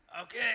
okay